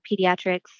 pediatrics